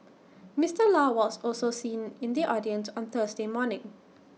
Mister law was also seen in the audience on Thursday morning